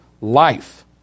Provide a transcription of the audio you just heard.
life